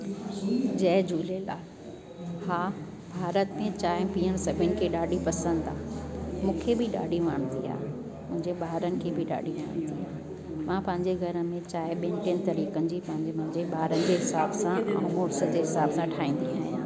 जय झूलेलाल हा भारत में चांहि पीअण सभिनि खे ॾाढी पसंदि आहे मूंखे बि ॾाढी वणंदी आहे मुंहिंजे ॿारनि के बि ॾाढी वणंदी आहे मां पंहिंजे घर में चांहि ॿिनि टिअनि तरीक़नि जी पंहिंजे मुंहिंजे ॿारनि जे हिसाब सां ऐं मुड़ुस जे हिसाब सां ठाहींदी आहियां